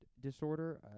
disorder